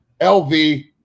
LV